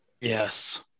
Yes